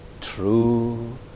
true